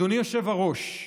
אדוני היושב-ראש,